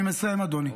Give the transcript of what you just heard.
אני מסיים, אדוני.